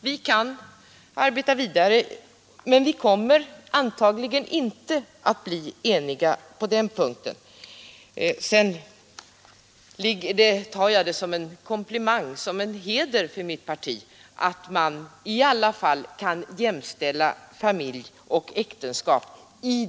Vi kan arbeta vidare, men vi kommer antagligen inte att bli eniga på den punkten. Sedan tar jag det som en heder för mitt parti att regeringen i alla fall vill understödja familj och äktenskap.